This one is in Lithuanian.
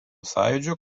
sąjūdžio